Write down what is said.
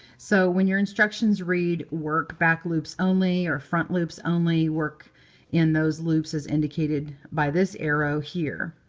so when your instructions read work back loops only or front loops only, work in those loops as indicated by this arrow here.